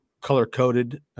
color-coded –